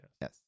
Yes